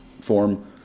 form